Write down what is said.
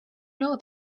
know